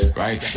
right